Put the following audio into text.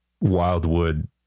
wildwood